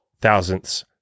thousandths